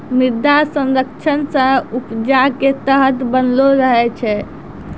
मृदा संरक्षण से उपजा के ताकत बनलो रहै छै